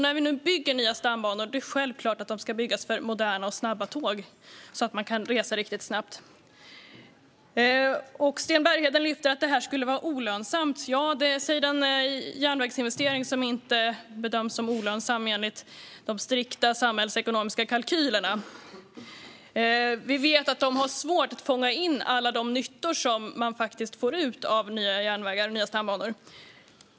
När vi nu bygger nya stambanor är det självklart att de ska byggas för moderna och snabba tåg, så att man kan resa riktigt snabbt. Sten Bergheden menar att detta skulle vara olönsamt. Ja, säg den järnvägsinvestering som inte bedöms som olönsam enligt de strikta samhällsekonomiska kalkylerna. Vi vet att de har svårt att fånga in alla de nyttor som man faktiskt får ut av nya järnvägar och nya stambanor.